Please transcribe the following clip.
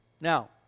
Now